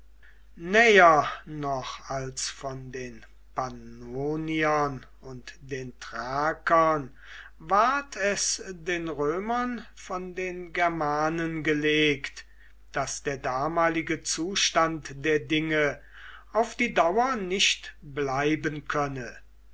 noch als von den pannoniern und den thrakern ward es den römern von den germanen gelegt daß der damalige zustand der dinge auf die dauer nicht bleiben könne